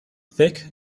thick